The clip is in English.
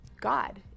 God